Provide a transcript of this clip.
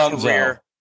career